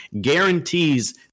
guarantees